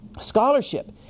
scholarship